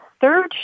third